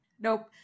Nope